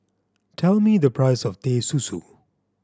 tell me the price of Teh Susu